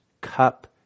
cup